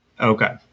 Okay